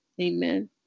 amen